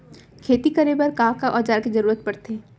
खेती करे बर का का औज़ार के जरूरत पढ़थे?